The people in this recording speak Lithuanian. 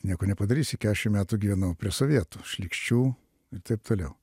nieko nepadarysi kešim metų gyvenau prie sovietų šlykščių ir taip toliau